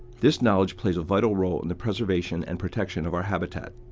this knowledge plays a vital role in the preservation and protection of our habitat.